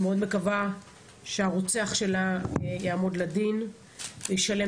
אני מאוד מקווה שהרוצח שלה יעמוד לדין וישלם